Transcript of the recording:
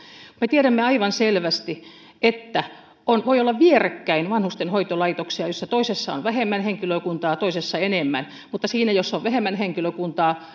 me tiedämme aivan selvästi että voi olla vierekkäin vanhusten hoitolaitoksia joista toisessa on vähemmän henkilökuntaa ja toisessa enemmän mutta siinä jossa on vähemmän henkilökuntaa